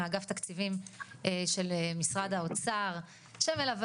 מאגף תקציבים של משרד האוצר שמלווה